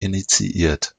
initiiert